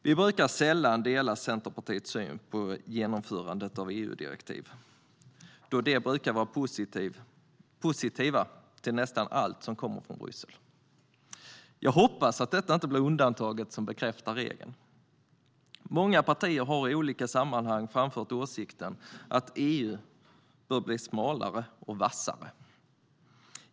Vi brukar sällan dela Centerpartiets syn på genomförandet av EU-direktiv, då partiet brukar vara positivt till nästan allt som kommer från Bryssel. Jag hoppas att detta inte blir undantaget som bekräftar regeln. Många partier har i olika sammanhang framfört åsikten att EU bör bli smalare och vassare.